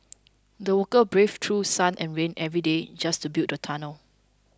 the workers braved through sun and rain every day just to build the tunnel